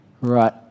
Right